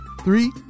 three